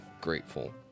grateful